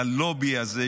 ללובי הזה,